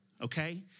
okay